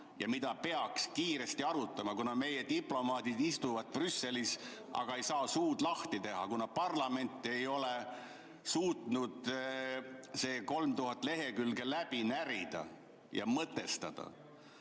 mida peaks kiiresti arutama, kuna meie diplomaadid istuvad Brüsselis, aga ei saa suud lahti teha, kuna parlament ei ole suutnud seda 3000 lehekülge läbi närida ja lahti mõtestada.